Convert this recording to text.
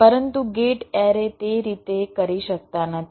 પરંતુ gate array તે રીતે કરી શકાતા નથી